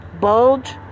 bulge